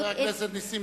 טרנספר.